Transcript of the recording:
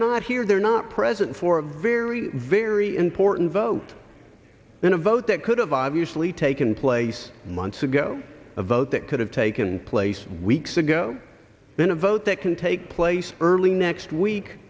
not here they're not present for a very very important vote in a vote that could have obviously taken place months ago a vote that could have taken place weeks ago in a vote that can take place early next week